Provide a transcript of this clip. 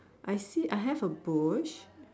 I see I have a bush